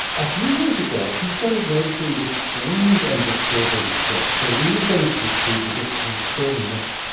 a few years ago, he started noticing this strange and disturbing thing. the leaves on his peach trees were just kind of curling up.